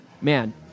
man